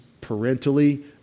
parentally